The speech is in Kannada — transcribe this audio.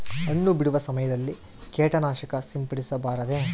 ಹಣ್ಣು ಬಿಡುವ ಸಮಯದಲ್ಲಿ ಕೇಟನಾಶಕ ಸಿಂಪಡಿಸಬಾರದೆ?